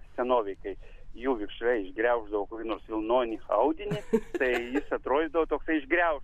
senovėj kai jų vikšrai išgriauždavo kokį nors vilnonį audinį tai jis atrodydavo toksai išgriaužtas